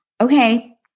okay